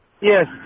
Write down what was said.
Yes